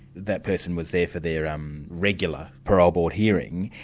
that person was there for their um regular parole board hearing,